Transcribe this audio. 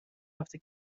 هفته